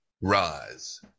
Rise